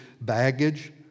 baggage